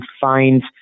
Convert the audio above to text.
find